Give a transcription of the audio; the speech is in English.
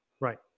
Right